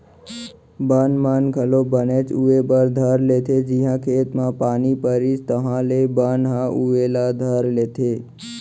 बन मन घलौ बनेच उवे बर धर लेथें जिहॉं खेत म पानी परिस तिहॉले बन ह उवे ला धर लेथे